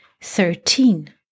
thirteen